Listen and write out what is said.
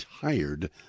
Tired